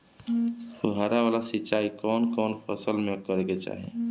फुहारा वाला सिंचाई कवन कवन फसल में करके चाही?